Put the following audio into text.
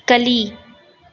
ಕಲಿ